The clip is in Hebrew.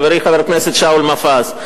חברי חבר הכנסת שאול מופז.